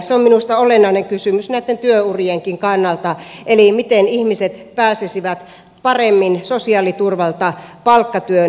se on minusta olennainen kysymys näitten työurienkin kannalta eli sen miten ihmiset pääsisivät paremmin sosiaaliturvalta palkkatyön piiriin